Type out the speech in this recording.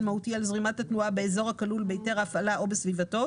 מהותי על זרימת התנועה באזור הכלול בהיתר ההפעלה או בסביבתו